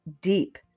deep